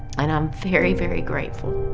and i'm very, very grateful.